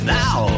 now